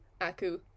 Aku